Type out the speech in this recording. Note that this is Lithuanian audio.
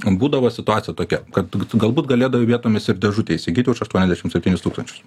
būdavo situacija tokia kad galbūt galėdavai vietomis ir dėžutę įsigyti už aštuoniasdešim septynis tūkstančius